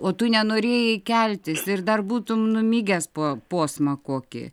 o tu nenorėjai keltis ir dar būtum numigęs po posmą kokį